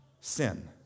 sin